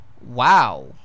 Wow